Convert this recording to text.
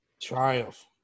Triumph